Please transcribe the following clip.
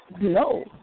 no